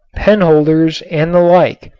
penholders and the like,